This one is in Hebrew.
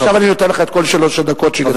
עכשיו אני נותן לך את כל שלוש הדקות שגזלתי,